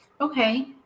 okay